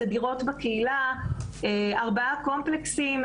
אלה דירות בקהילה - ארבעה קומפלקסים,